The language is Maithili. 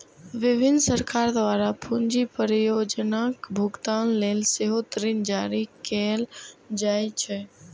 विभिन्न सरकार द्वारा पूंजी परियोजनाक भुगतान लेल सेहो ऋण जारी कैल जाइ छै